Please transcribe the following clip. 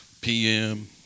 PM